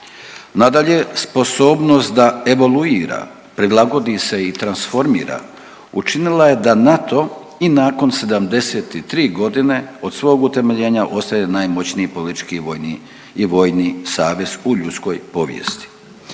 Nadalje, sposobnost da evaluira, prilagodi se i transformira učinila je da NATO i nakon 73.g. od svog utemeljenja ostaje najmoćniji politički i vojni i vojni savez u ljudskoj povijesti.